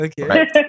Okay